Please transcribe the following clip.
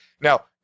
Now